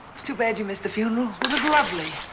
it's too bad you missed the funeral. it was lovely.